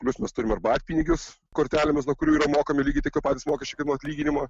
plius mes turim arbatpinigius kortelėmis nuo kurių yra mokami lygiai tokie patys mokesčiai kaip nuo atlyginimo